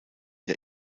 der